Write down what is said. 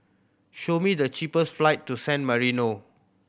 show me the cheapest flight to San Marino